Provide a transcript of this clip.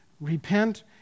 Repent